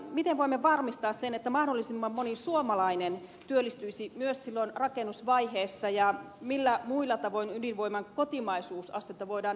miten voimme varmistaa sen että mahdollisimman moni suomalainen työllistyisi myös silloin rakennusvaiheessa ja millä muilla tavoin ydinvoiman kotimaisuusastetta voidaan kokonaisuudessaan nostaa